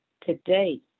today